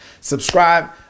Subscribe